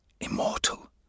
immortal